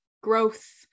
growth